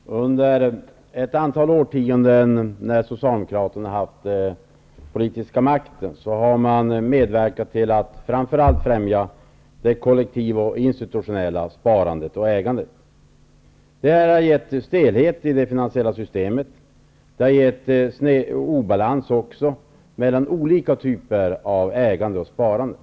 Herr talman! Under ett antal årtionden då Socialdemokraterna har haft den politiska makten har man medverkat till att framför allt främja det kollektiva och institutionella sparandet och ägandet. Det har skapat en stelhet i det finansiella systemet, och det har skapat obalans mellan olika typer av ägande och sparande.